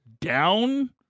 down